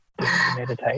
meditate